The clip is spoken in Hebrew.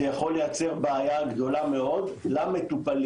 זה יכול לייצר בעיה גדולה מאוד למטופלים.